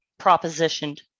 propositioned